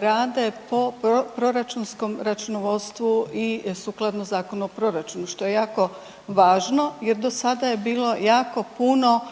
rade po proračunskom računovodstvu i sukladno Zakonu o proračunu što je jako važno jer dosada je bilo jako puno